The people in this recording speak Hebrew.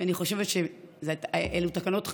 ואני חושבת שאלה תקנות טובות,